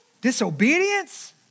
disobedience